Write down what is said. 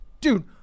dude